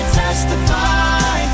testify